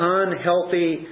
unhealthy